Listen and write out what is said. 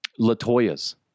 Latoya's